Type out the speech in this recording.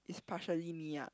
partially me ah